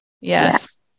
Yes